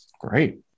great